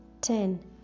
Ten